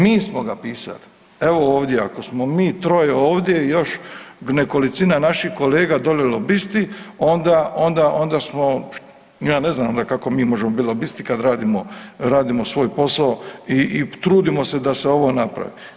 Mi smo ga pisali, evo ovdje, ako mi troje ovdje i još nekolicina naših kolega dolje lobisti, onda, onda, onda smo, ja ne znam onda kako bi možemo biti lobisti kad radimo, radimo svoj posao i trudimo se da se ovo napravi.